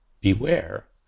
beware